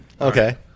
Okay